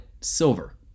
Silver